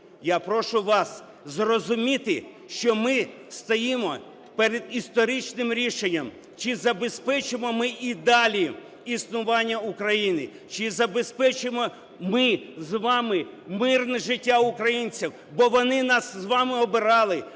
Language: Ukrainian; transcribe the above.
я прошу вас зрозуміти, що ми стоїмо перед історичним рішенням: чи забезпечимо ми і далі існування України; чи забезпечимо ми з вами мирне життя українців, бо вони нас з вами обирали,